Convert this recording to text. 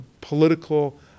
political